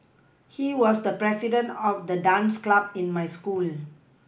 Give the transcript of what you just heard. he was the president of the dance club in my school